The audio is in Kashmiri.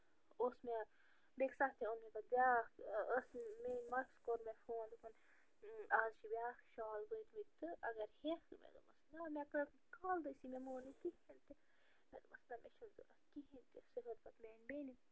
اوس مےٚ بیٚکہِ ساتہٕ تہِ اوٚن مےٚ پتہٕ بیٛاکھ ٲس میٛٲنۍ ماسہِ کوٚر مےٚ فون دوٚپُن آز چھِ بیٛاکھ شال وٲتۍمٕتۍ تہٕ اگر ہیٚکھ مےٚ دوٚپمس مےٚ کر مےٚ مون نہٕ کِہیٖنۍ تہِ مےٚ دوٚپمس نَہ مےٚ چھُنہٕ ضوٚرَتھ کِہیٖنۍ تہِ سُہ ہیوٚت پتہٕ میٛانہِ بیٚنہِ